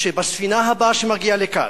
שבספינה הבאה שמגיעה לכאן,